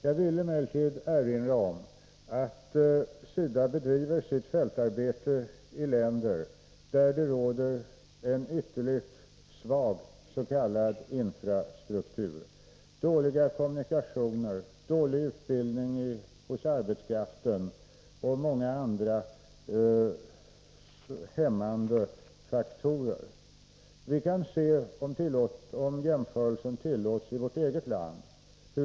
Jag vill emellertid erinra om att SIDA bedriver sitt fältarbete i länder där man har en ytterligt svag s.k. infrastruktur med dåliga kommunikationer, dålig utbildning hos arbetskraften och många andra hämmande faktorer. Vi kan — om jämförelsen tillåts — se hur det förhåller sig i vårt eget land.